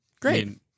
Great